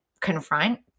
confront